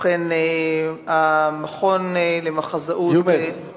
המכון למחזאות ישראלית